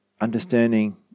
understanding